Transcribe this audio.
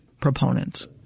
proponents